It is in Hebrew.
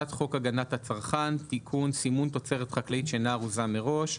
"הצעת חוק הגנת הצרכן (תיקון סימון תוצרת חקלאית שאינה ארוזה מראש)"